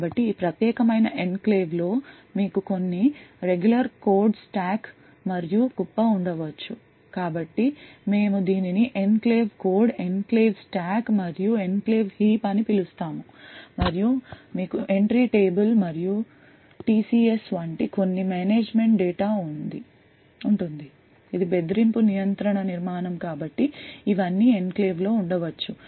కాబట్టి ఈ ప్రత్యేకమైన ఎన్క్లేవ్లో మీకు కొన్ని రెగ్యులర్ కోడ్ స్టాక్ మరియు కుప్ప ఉండవచ్చు కాబట్టి మేము దీనిని ఎన్క్లేవ్ కోడ్ ఎన్క్లేవ్ స్టాక్ మరియు ఎన్క్లేవ్ హీప్ అని పిలుస్తాము మరియు మీకు ఎంట్రీ టేబుల్ మరియు TCSవంటి కొన్ని మేనేజ్మెంట్ డేటా ఉంటుంది ఇది బెదిరింపు నియంత్రణ నిర్మాణం కాబట్టి ఇవన్నీ ఎన్క్లేవ్లో ఉండవచ్చు